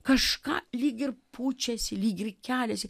kažką lyg ir pučiasi lyg ir keliasi